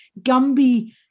Gumby